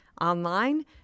Online